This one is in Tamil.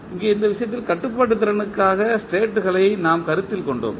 இங்கே இந்த விஷயத்தில் கட்டுப்பாட்டு திறனுக்காக ஸ்டேட்களை நாம் கருத்தில் கொண்டோம்